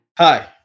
Hi